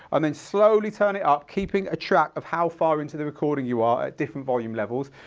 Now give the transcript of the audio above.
and then slowly turn it up, keeping a track of how far into the recording you are at different volume levels,